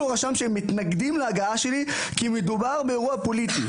רשם שהם מתנגדים להגעה שלי כי מדובר באירוע פוליטי,